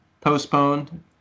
Postponed